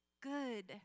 good